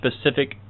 specific